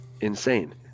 insane